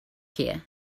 here